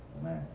Amen